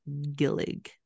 Gillig